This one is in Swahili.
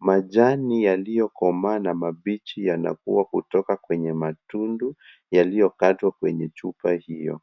Majani yaliyokomaa na mabichi yanakua kutoka kwenye matundu yaliyokatwa kwenye chupa hiyo.